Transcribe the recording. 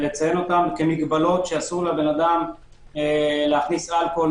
ולציין אותן כמגבלות שאסור לאדם להכניס אלכוהול,